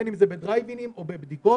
בין אם זה בדרייב-אין או בבדיקות.